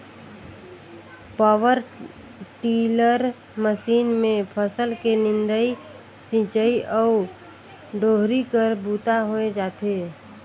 power tiller machine मे फसल के निंदई, सिंचई अउ डोहरी कर बूता होए जाथे